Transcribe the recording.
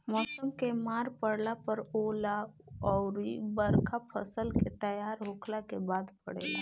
मौसम के मार पड़ला पर ओला अउर बरखा फसल के तैयार होखला के बाद पड़ेला